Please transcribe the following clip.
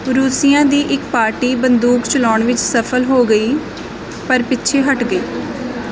ਰੂਸੀਆਂ ਦੀ ਇੱਕ ਪਾਰਟੀ ਬੰਦੂਕ ਚਲਾਉਣ ਵਿੱਚ ਸਫ਼ਲ ਹੋ ਗਈ ਪਰ ਪਿੱਛੇ ਹੱਟ ਗਈ